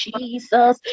Jesus